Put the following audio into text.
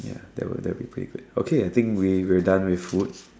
ya that that that would be pretty good okay I think we're done with food